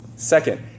Second